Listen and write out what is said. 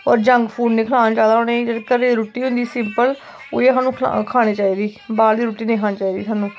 होर junk food नी खलाना चाहिदा उ'नें घरै दा रुट्टी होंदी सिंपल उ'ऐ सानू खानी चाहिदी बाह्र दी रुट्टी नी खानी चाहिदी सानू